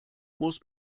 muss